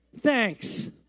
Thanks